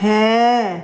হ্যাঁ